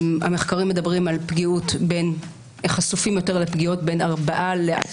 המחקרים מדברים על חשיפה יותר לפגיעות ב-4%-10%.